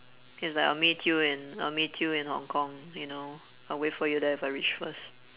it's like I'll meet you and I'll meet you in hong-kong you know I'll wait for you there if I reach first